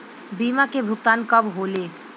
बीमा के भुगतान कब कब होले?